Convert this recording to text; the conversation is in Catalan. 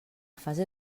fase